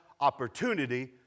opportunity